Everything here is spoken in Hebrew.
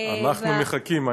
אנחנו מחכים.